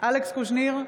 אלכס קושניר,